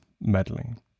meddling